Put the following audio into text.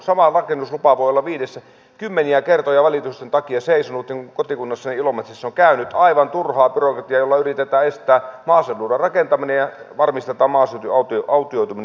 sama rakennuslupa voi olla kymmeniä kertoja valitusten takia seisonut niin kuin kotikunnassani ilomantsissa on käynyt aivan turhaa byrokratiaa jolla yritetään estää maaseudulla rakentaminen ja varmistetaan maaseudun autioituminen